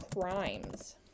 crimes